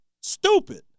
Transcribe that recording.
stupid